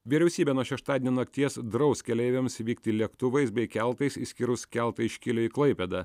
vyriausybė nuo šeštadienio nakties draus keleiviams vykti lėktuvais bei keltais išskyrus keltą iš kylio į klaipėdą